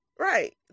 Right